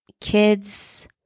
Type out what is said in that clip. kids